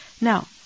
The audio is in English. Now